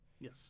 yes